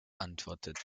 antwortet